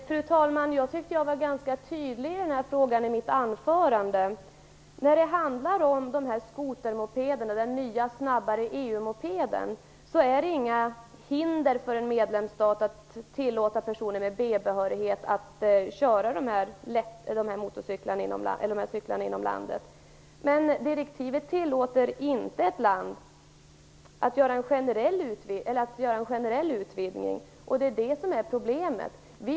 Fru talman! Jag tycker att jag var ganska tydlig i denna fråga i mitt anförande. Det finns inga hinder för en medelemsstat att tillåta personer med B-behörighet att köra skotermopeden - den nya, snabbare EU mopeden - inom landet. Direktivet tillåter dock inte ett land att göra en generell utvidgning. Det är det som är problemet.